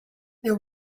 there